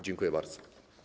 Dziękuję bardzo.